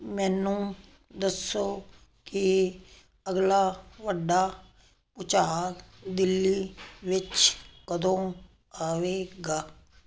ਮੈਨੂੰ ਦੱਸੋ ਕਿ ਅਗਲਾ ਵੱਡਾ ਭੂਚਾਲ ਦਿੱਲੀ ਵਿੱਚ ਕਦੋਂ ਆਵੇਗਾ